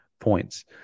points